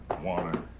water